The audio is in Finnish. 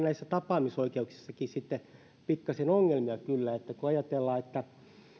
näissä tapaamisoikeuksissakin pikkasen ongelmia kyllä kun ajatellaan että